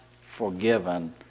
forgiven